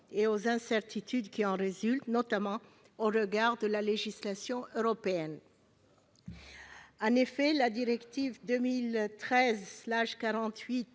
et aux incertitudes qui en résultent, notamment au regard de la législation européenne. En effet, la directive 2013/48